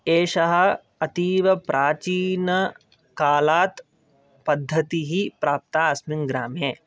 एषः अतीवप्राचीनकालात् पद्धतिः प्राप्ता अस्मिन् ग्रामे